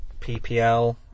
PPL